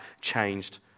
changed